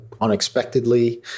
unexpectedly